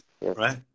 Right